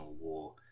war